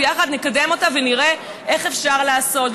ויחד נקדם אותה ונראה איך אפשר לעשות.